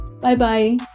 Bye-bye